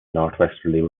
northwesterly